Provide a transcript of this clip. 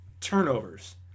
turnovers